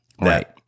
Right